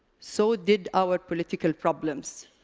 so did our political problems.